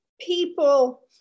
people